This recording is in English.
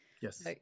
yes